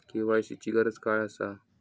KYC ची काय गरज आसा?